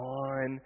on